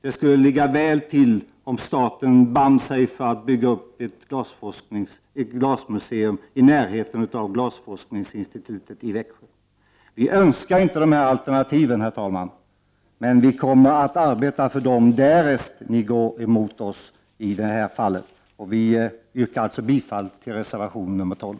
Det skulle ligga väl till om staten förband sig att bygga upp ett glasmuseum i närheten av Glasforskningsinstitutet i Växjö. Vi önskar inte de här alternativen, herr talman, men vi kommer att arbeta för dem därest riksdagen går emot oss i det här fallet. Vi yrkar alltså bifall till reservation 12.